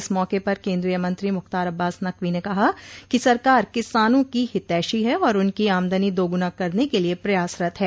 इस मौके पर केंद्रीय मंत्री मुख्तार अब्बास नकवी ने कहा कि सरकार किसानों की हितैषी है और उनकी आमदनी दोगुना करने के लिए प्रयासरत है